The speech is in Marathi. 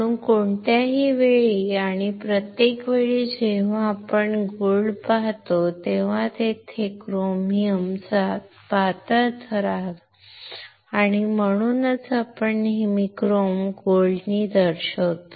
म्हणून कोणत्याही वेळी आणि प्रत्येक वेळी जेव्हा आपण सोने पाहतो तेव्हा तेथे क्रोमियमचा पातळ थर असतो म्हणूनच आपण नेहमी क्रोम सोने दर्शवतो